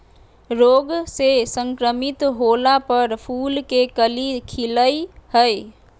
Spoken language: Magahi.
रोग से संक्रमित होला पर फूल के कली खिलई हई